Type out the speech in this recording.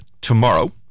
tomorrow